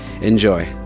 Enjoy